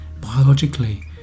biologically